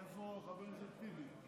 איפה חבר הכנסת טיבי?